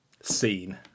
Scene